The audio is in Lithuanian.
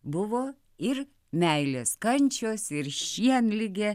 buvo ir meilės kančios ir šienligė